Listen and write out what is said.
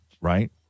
right